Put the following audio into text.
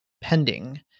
pending